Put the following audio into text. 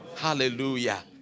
Hallelujah